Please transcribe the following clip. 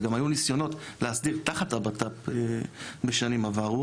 וגם היו ניסיונות להסדיר תחת הבט"פ בשנים עברו